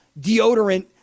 deodorant